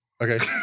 Okay